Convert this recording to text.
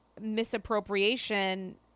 misappropriation